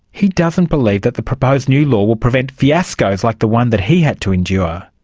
he doesn't believe that the proposed new law will prevent fiascos like the one that he had to endure.